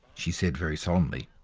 she said very solemnly,